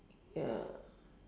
ya